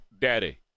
Daddy